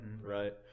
right